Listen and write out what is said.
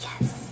Yes